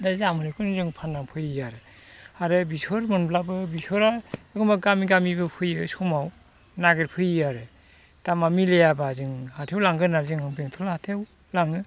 दा जा मोनो बेखौनो जों फाननानै फैयो आरो आरो बेसर मोनब्लाबो बेसरा एखनबा गामि गामिबो फैयो समाव नागिरफैयो आरो दामा मिलायाबा जों हाथायाव लांगोन आरो जोङो बेंथल हाथायाव लाङो